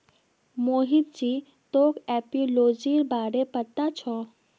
मोहित जी तोक एपियोलॉजीर बारे पता छोक